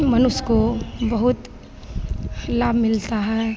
मनुष्य को बहुत लाभ मिलता है